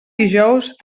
dijous